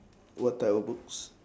what type of books